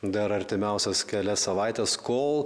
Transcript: dar artimiausias kelias savaites kol